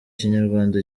kinyarwanda